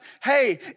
hey